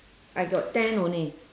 I got ten only